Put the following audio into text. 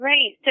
Right